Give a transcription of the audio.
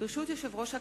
ברשות יושב-ראש הכנסת,